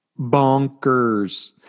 bonkers